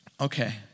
Okay